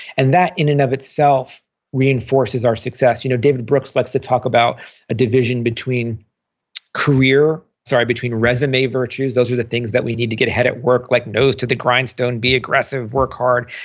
and that in and of itself reinforces our success. you know david brooks likes to talk about a division between career, sorry, between resume virtues. those are the things that we need to get ahead at work like nose to the grindstone, be aggressive, work hard,